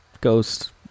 ghost